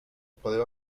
podeu